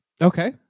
Okay